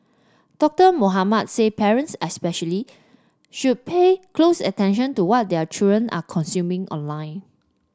Doctor Mohamed said parents especially should pay close attention to what their children are consuming online